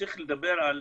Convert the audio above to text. צריך לדבר על